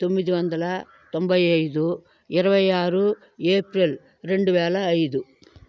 తొమ్మిది వందల తొభై ఐదు ఇరవై ఆరు ఏప్రిల్ రెండు వేల ఐదు